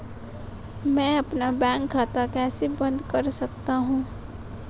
मैं अपना बैंक खाता कैसे बंद कर सकता हूँ?